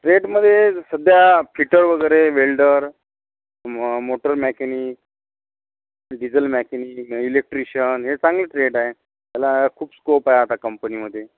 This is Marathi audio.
ट्रेटमधे सध्या फिटर वगैरे वेल्डर म motor mechanic diesel mechanic electrician हे चांगले ट्रेट आहे त्याला खूप स्कोप आहे आता कंपनीमधे